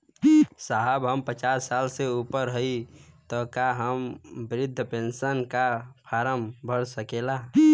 साहब हम पचास साल से ऊपर हई ताका हम बृध पेंसन का फोरम भर सकेला?